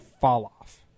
Fall-off